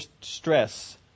stress